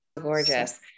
Gorgeous